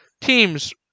teams